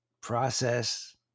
process